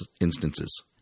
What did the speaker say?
instances